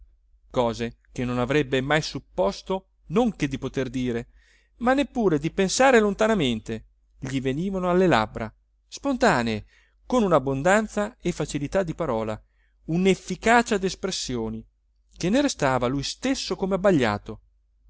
cose che non avrebbe mai supposto non che di poter dire ma neppure di pensare lontanamente gli venivano alle labbra spontanee con unabbondanza e facilità di parola unefficacia despressioni che ne restava lui stesso come abbagliato